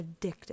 addictive